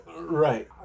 Right